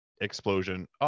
explosion